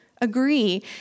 agree